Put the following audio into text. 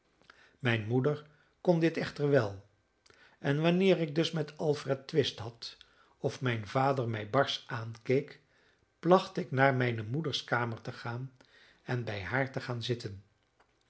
mijne moeder kon dit echter wel en wanneer ik dus met alfred twist had of mijn vader mij barsch aankeek placht ik naar mijne moeders kamer te gaan en bij haar te gaan zitten